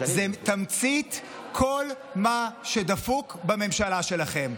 הוא תמצית כל מה שדפוק בממשלה שלכם.